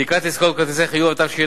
(סליקת עסקאות בכרטיסי חיוב), התשע"א